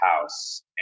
house